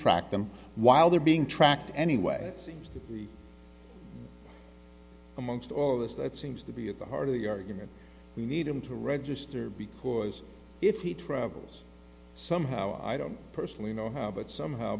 track them while they're being tracked anyway it seems amongst all of us that seems to be at the heart of the argument we need him to register because if he travels somehow i don't personally know how but somehow